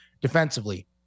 defensively